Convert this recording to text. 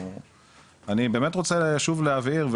אני באמת רוצה שוב להבהיר,